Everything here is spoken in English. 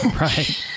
Right